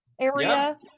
area